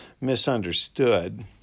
misunderstood